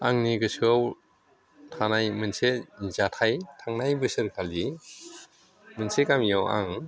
आंनि गोसोआव थानाय मोनसे जाथाय थांनाय बोसोरखालि मोनसे गामियाव आं